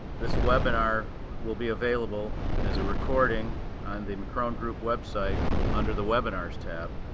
this webinar will be available as a recording on the mccrone group website under the webinars tab.